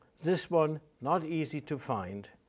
this one not easy to find,